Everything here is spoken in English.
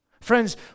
Friends